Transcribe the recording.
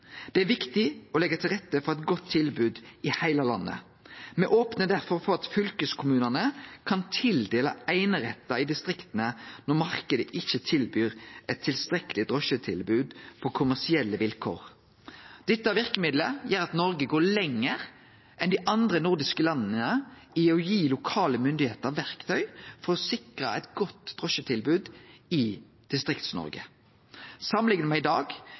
Det er viktig å leggje til rette for eit godt tilbod i heile landet. Me opnar derfor for at fylkeskommunane kan tildele einerettar i distrikta når marknaden ikkje tilbyr eit tilstrekkeleg drosjetilbod på kommersielle vilkår. Dette verkemiddelet gjer at Noreg går lenger enn dei andre nordiske landa i å gi lokale myndigheiter verktøy for å sikre eit godt drosjetilbod i distrikta. Samanlikna med i dag